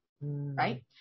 right